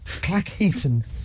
Clackheaton